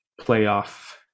playoff